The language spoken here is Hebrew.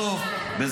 הוא לא אחראי לכלום.